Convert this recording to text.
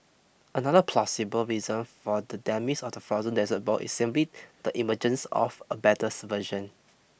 another plausible reason for the demise of the frozen dessert ball is simply the emergence of a better version